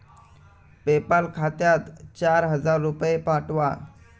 PayPal खात्यात चार हजार रुपये पाठवा